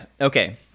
Okay